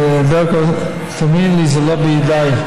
לא להחליף את